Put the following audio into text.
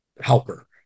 helper